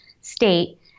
state